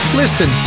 listen